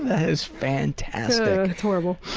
that is fantastic. oh, it's horrible.